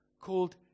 called